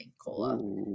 Cola